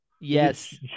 Yes